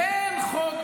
מה שמגייס הוא הסכמות.